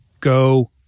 Go